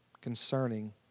concerning